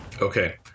Okay